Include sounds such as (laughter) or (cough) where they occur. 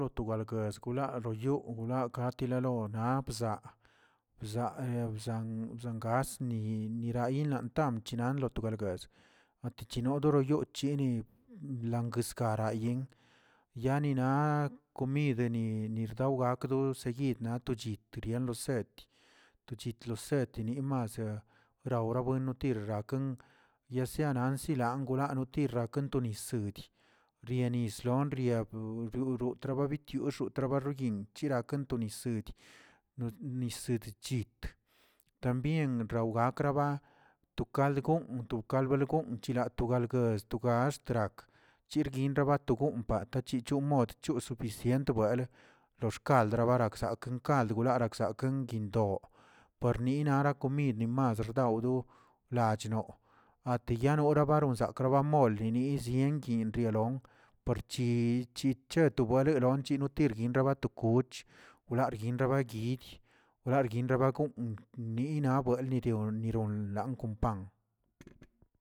Tubalguezkoəlaa royoo naka tilalo naꞌ bzaa- bzaa (hesitation) bzan gasni nirayi lantam chinan lotolbegusch matichino doroꞌyoo chini langas karayen, yanina kimidni nirdawakdo seyid na to chit torien lo set, to chet losed ninmaa rawrawen notir rakən yasie nansiꞌlan angolanotir kentonisyedi, rienislon riabu rurutraba bitiwllꞌ otra barrayint chirakan to nis- nis de chit también rawgakraba to kald goonꞌ, wo kald belꞌ gonꞌyira togalguezə gaxtrak chirguin rabato wmpata chichon watchoo suficiente tbwelə, lo xkald barakzak kald woraksak un guindo, parni nara komid mas radwdo lachno, atiyano baronsakraba bonlinizə ninki ryalon parchich cheto buwareronch tirguiranbagato goch wranrin rabagyi, wrarin rabagonꞌ nina boalirion niron langon pan.